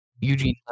Eugene